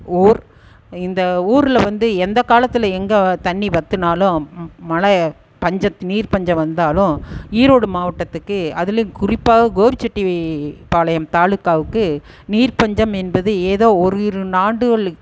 ஊர் இந்த ஊரில் வந்து எந்த காலத்தில் எங்க தண்ணி வற்றினாலும் மழை பஞ்சம் நீர் பஞ்சம் வந்தாலும் ஈரோடு மாவட்டதுற்க்கு அதிலையும் குறிப்பாக கோரிசெட்டிபாளையம் தாலுக்காவுக்கு நீர் பஞ்சம் என்பது ஏதோ ஒரு இரு ஆண்டுகள்